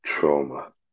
Trauma